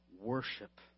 worship